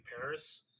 Paris